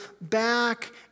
back